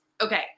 okay